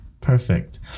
Perfect